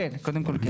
קודם כל, כן.